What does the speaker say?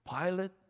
Pilate